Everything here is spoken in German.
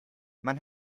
man